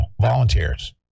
Volunteers